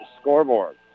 scoreboard